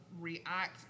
react